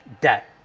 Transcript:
debt